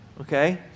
Okay